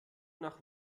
nach